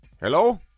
Hello